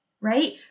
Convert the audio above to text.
right